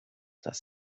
das